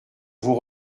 vous